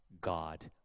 God